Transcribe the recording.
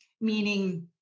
meaning